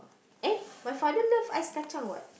eh my father love Ice-Kacang what